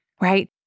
Right